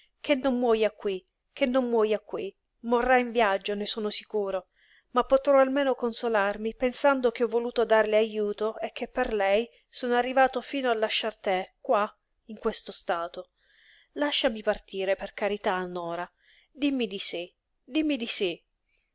che non muoja qui che non muoja qui morrà in viaggio ne sono sicuro ma potrò almeno consolarmi pensando che ho voluto darle ajuto e che per lei sono arrivato fino a lasciar te qua in questo stato lasciami partire per carità nora dimmi di sí dimmi di sí